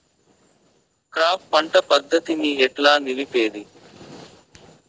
Crop పంట పద్ధతిని ఎట్లా నిలిపేది?